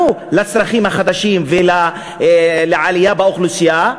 על הצרכים החדשים ועל העלייה באוכלוסייה,